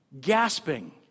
gasping